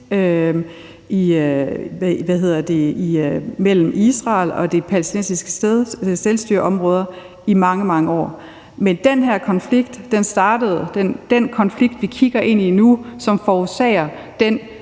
mellem Israel og de palæstinensiske selvstyreområder i mange, mange år. Men den her konflikt, den konflikt, vi kigger ind i nu, som forårsager den